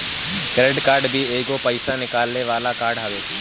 credit card भी एगो पईसा निकाले वाला कार्ड हवे